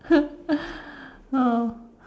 oh